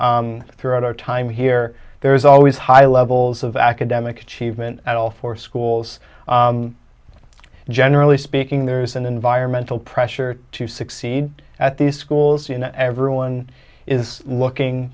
noticed throughout our time here there is always high levels of academic achievement at all four schools generally speaking there's an environmental pressure to succeed at these schools and everyone is looking